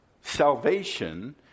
salvation